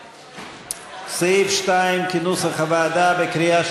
סעיף 2, כהצעת הוועדה, נתקבל.